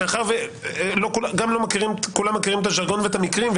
מאחר ולא כולם מכירים את הז'רגון ואת המקרים,